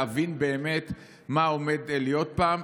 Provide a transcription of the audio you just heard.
אני מציע לכולנו להבין באמת מה עומד להיות פה.